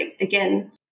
again